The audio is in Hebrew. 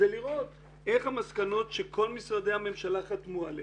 זה לראות איך המסקנות שכל משרדי הממשלה חתמו עליהן,